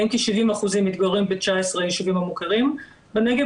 מהם כ-70% מתגוררים ב-19 הישובים המוכרים בנגב